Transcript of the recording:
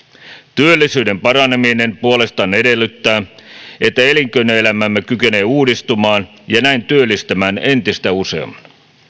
työllisyyden paraneminen puolestaan edellyttää että elinkeinoelämämme kykenee uudistumaan ja näin työllistämään entistä useamman